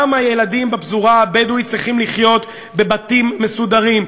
גם הילדים בפזורה הבדואית צריכים לחיות בבתים מסודרים,